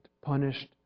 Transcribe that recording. punished